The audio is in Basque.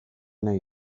nahi